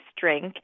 drink